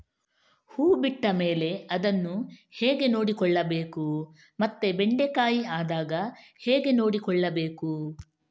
ಹೂ ಬಿಟ್ಟ ಮೇಲೆ ಅದನ್ನು ಹೇಗೆ ನೋಡಿಕೊಳ್ಳಬೇಕು ಮತ್ತೆ ಬೆಂಡೆ ಕಾಯಿ ಆದಾಗ ಹೇಗೆ ನೋಡಿಕೊಳ್ಳಬೇಕು?